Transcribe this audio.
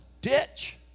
ditch